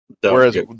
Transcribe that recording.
whereas